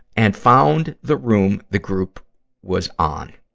and found the room the group was on.